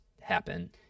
happen